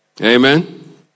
Amen